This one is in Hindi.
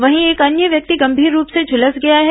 वहीं एक अन्य व्यक्ति गंभीर रूप से झुलस गया है